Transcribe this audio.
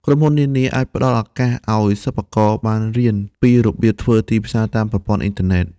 ក្រុមហ៊ុននានាអាចផ្តល់ឱកាសឱ្យសិប្បករបានរៀនពីរបៀបធ្វើទីផ្សារតាមប្រព័ន្ធអ៊ីនធឺណិត។